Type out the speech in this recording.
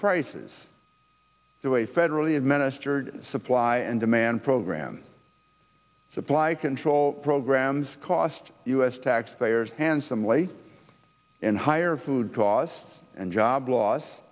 prices through a federally administered supply and demand program supply control programs cost u s taxpayers handsomely in higher food costs and job loss